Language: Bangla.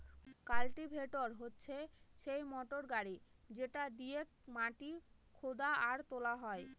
কাল্টিভেটর হচ্ছে সেই মোটর গাড়ি যেটা দিয়েক মাটি খুদা আর তোলা হয়